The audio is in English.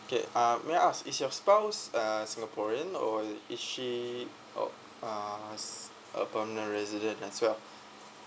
okay uh may I ask is your spouse a singaporean or is she or uh a permanent resident as well